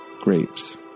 grapes